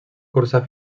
cursar